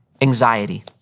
anxiety